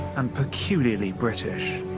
and peculiarly british.